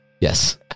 Yes